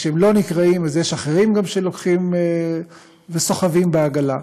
וכשהם לא נקראים יש גם אחרים שלוקחים וסוחבים את העגלה.